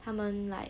他们 like